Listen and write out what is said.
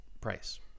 price